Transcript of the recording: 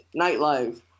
nightlife